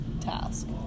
task